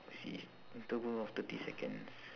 I see it's interval of thirty seconds